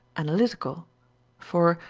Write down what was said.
analytical for,